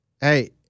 Hey